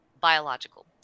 biological